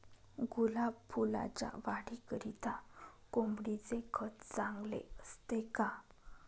गुलाब फुलाच्या वाढीकरिता कोंबडीचे खत चांगले असते का?